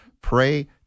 pray